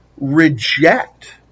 reject